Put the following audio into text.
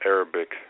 Arabic